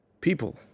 people